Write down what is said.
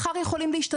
מחר זה יכול להשתנות.